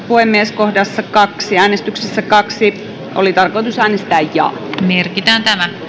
puhemies kohdassa kaksi äänestyksessä kaksi oli tarkoitus äänestää jaa merkitään